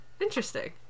Interesting